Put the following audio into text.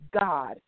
God